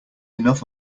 enough